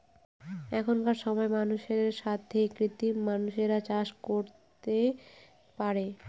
এখনকার সময় মানুষের সাথে কৃত্রিম মানুষরা চাষের কাজ করতে পারে